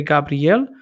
Gabriel